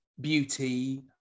beauty